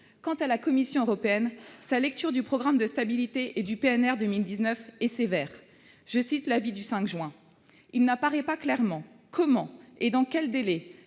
Quant à la Commission européenne, sa lecture du programme de stabilité et du PNR 2019 est sévère. Permettez-moi de citer son avis du 5 juin :« Il n'apparaît pas clairement comment, et dans quels délais,